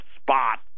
spot